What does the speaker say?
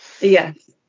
Yes